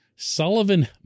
Sullivan